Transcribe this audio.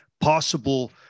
possible